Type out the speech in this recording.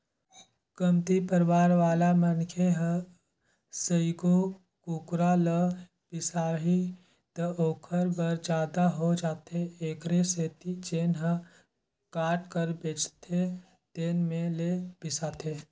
कमती परवार वाला मनखे ह सइघो कुकरा ल बिसाही त ओखर बर जादा हो जाथे एखरे सेती जेन ह काट कर बेचथे तेन में ले बिसाथे